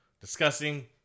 discussing